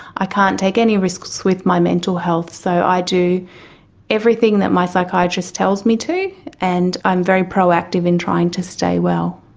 i can't take any risks with my mental health, so i do everything that my psychiatrist tells me to and i'm very proactive in trying to stay well.